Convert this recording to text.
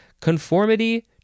Conformity